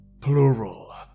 Plural